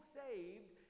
saved